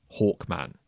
Hawkman